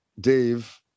Dave